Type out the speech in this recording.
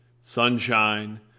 sunshine